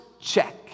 check